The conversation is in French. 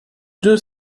deux